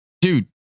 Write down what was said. Dude